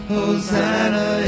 Hosanna